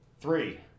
three